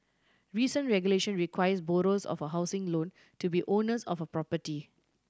recent regulation requires borrowers of a housing loan to be owners of a property